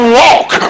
walk